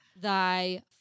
thy